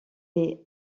les